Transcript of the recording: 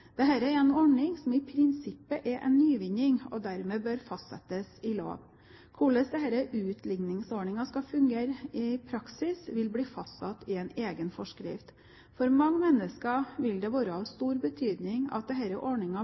er en ordning som i prinsippet er en nyvinning, og som dermed bør fastsettes i lov. Hvordan denne utligningsordningen skal fungere i praksis, vil bli fastsatt i en egen forskrift. For mange mennesker vil det være av stor betydning at